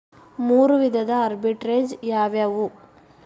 ಮೂರು ವಿಧದ ಆರ್ಬಿಟ್ರೆಜ್ ಯಾವವ್ಯಾವು?